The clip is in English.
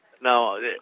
no